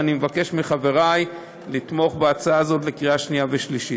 ואני מבקש מחברי לתמוך בהצעה הזאת בקריאה שנייה ושלישית.